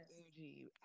energy